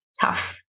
tough